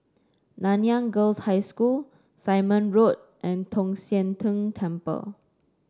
Nanyang Girls' High School Simon Road and Tong Sian Tng Temple